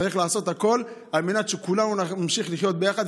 צריך לעשות הכול על מנת שכולנו נמשיך לחיות ביחד,